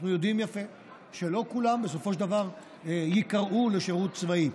אנחנו יודעים יפה שלא כולם בסופו של דבר ייקראו לשירות צבאי.